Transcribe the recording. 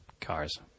cars